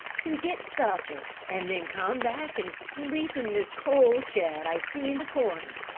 to get supper and then come back and sleep in this coal shed i see in the corner.